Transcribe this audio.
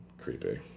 Creepy